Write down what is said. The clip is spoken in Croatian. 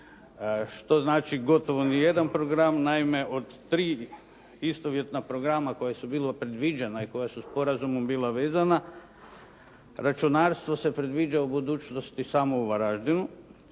Što znači gotovo nijedan program? Naime, od tri istovjetna programa koja su bila predviđena i koja su u sporazumu bila vezana, računalstvo se predviđa u budućnosti samo u Varaždinu,